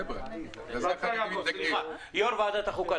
שמעתי את הבדיחה הזאת ולא ראוי ----- יושב-ראש ועדת החוקה,